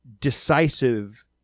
decisive